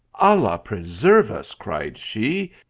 allah preserve us, cried she,